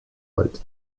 but